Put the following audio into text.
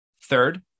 Third